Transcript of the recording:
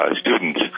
students